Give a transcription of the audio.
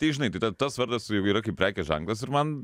tai žinai tai ta tas vardas yra kaip prekės ženklas ir man